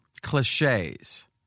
Cliches